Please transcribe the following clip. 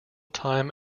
time